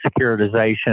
securitization